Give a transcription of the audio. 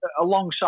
Alongside